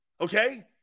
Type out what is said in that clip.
Okay